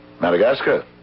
Madagascar